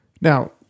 Now